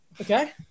okay